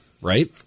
Right